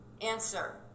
Answer